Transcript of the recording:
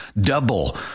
Double